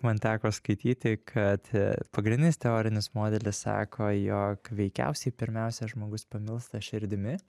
man teko skaityti kad pagrindinis teorinis modelis sako jog veikiausiai pirmiausia žmogus pamilsta širdimi